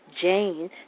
Jane